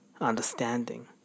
understanding